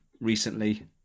recently